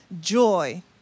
joy